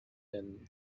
than